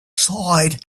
side